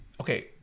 okay